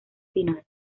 final